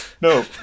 no